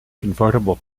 convertible